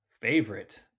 favorite